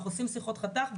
עושים שיחות חתך.